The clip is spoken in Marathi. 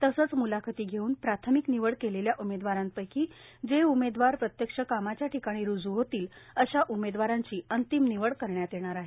तसंच म्लाखती घेऊन प्राथमिक निवड केलेल्या उमेदवारांपैकी जे उमेदवार प्रत्यक्ष कामाचे ठिकाणी रुजू होतील अशा उमेदवारांची अंतिम निवड करण्यात येणार हे